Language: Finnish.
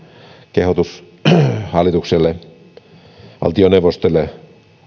kehotus valtioneuvostolle